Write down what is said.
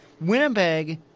Winnipeg